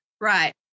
Right